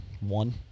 one